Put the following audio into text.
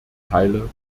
teile